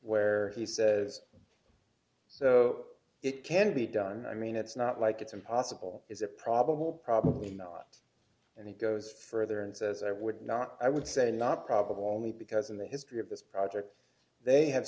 where he says so it can be done i mean it's not like it's impossible is it probable probably not and it goes further and says i would not i would say not probable only because in the history of this project they have